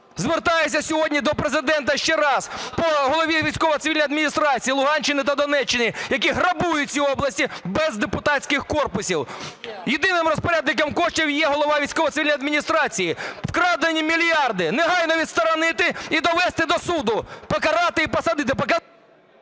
Звертаюся сьогодні до Президента ще раз по голові військово-цивільних адміністрацій Луганщини та Донеччини, які грабують ці області без депутатських корпусів. Єдиним розпорядником коштів є голова військово-цивільної адміністрації. Вкрадені мільярди! Негайно відсторонити і довести до суду, покарати і посадити!